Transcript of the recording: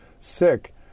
sick